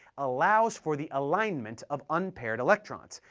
allows for the alignment of unpaired electrons,